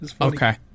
Okay